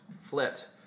flipped